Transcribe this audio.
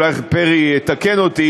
אולי פרי יתקן אותי,